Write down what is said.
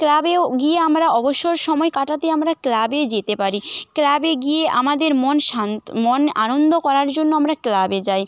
ক্লাবেও গিয়ে আমরা অবসর সময় কাটাতে আমরা ক্লাবে যেতে পারি ক্লাবে গিয়ে আমাদের মন শান্ত মন আনন্দ করার জন্য আমরা ক্লাবে যাই